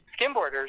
skimboarders